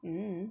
mm